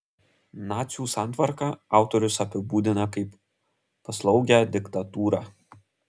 nacių santvarką autorius apibūdina kaip paslaugią diktatūrą